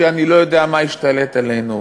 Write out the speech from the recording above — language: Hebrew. אני לא יודע מה השתלט עלינו,